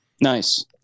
Nice